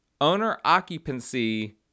owner-occupancy